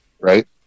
right